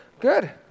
Good